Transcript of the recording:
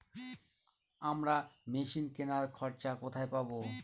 আমরা মেশিন কেনার খরচা কোথায় পাবো?